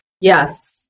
Yes